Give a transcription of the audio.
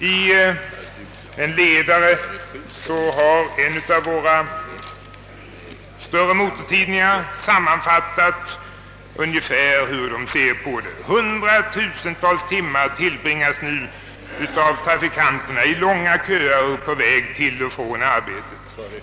I en ledare har en av våra större motortidningar sammanfattat hur man ser på detta med följande ord: »Hundratusentals timmar tillbringas nu av landets trafikanter i långa köer på väg till eller från arbetet.